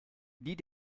die